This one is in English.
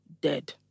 dead